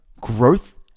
growth